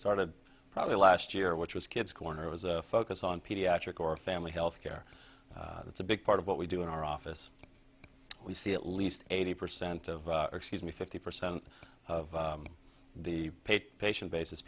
started probably last year which was kids corner was a focus on pediatric or family health care it's a big part of what we do in our office we see at least eighty percent of our she's me fifty percent of the pay patient bas